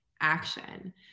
action